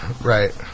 Right